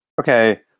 okay